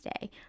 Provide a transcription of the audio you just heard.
day